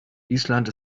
island